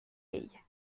ella